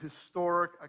historic